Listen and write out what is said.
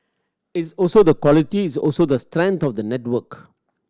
it's also the quality it's also the strength of the network